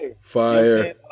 Fire